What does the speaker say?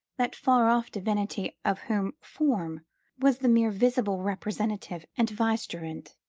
that far-off divinity of whom form was the mere visible representative and vicegerent.